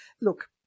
look